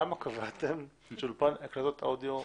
למה קבעתם לגבי אולפן הקלטות אודיו?